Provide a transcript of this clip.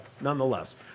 nonetheless